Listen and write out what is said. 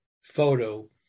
photo